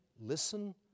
listen